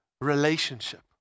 relationship